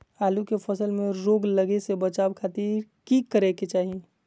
आलू के फसल में रोग लगे से बचावे खातिर की करे के चाही?